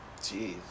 Jeez